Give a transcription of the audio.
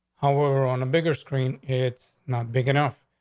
how we're on a bigger screen. it's not big enough.